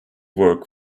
work